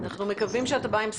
אנחנו מקווים שאתה בא עם בשורות.